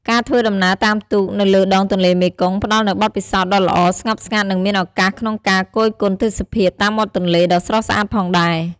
ការធ្វើដំណើរតាមទូកនៅលើដងទន្លេមេគង្គផ្តល់នូវបទពិសោធន៍ដ៏ល្អ ស្ងប់ស្ងាត់ និងមានឱកាសក្នុងការគយគន់ទេសភាពតាមមាត់ទន្លេ ដ៏ស្រស់ស្អាតផងដែរ ។